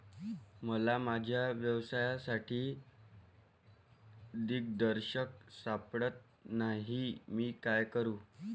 मला माझ्या व्यवसायासाठी दिग्दर्शक सापडत नाही मी काय करू?